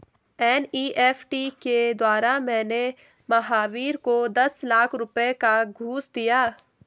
NEFT के द्वारा मैंने महावीर को दस लाख रुपए का घूंस दिया